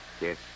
Yes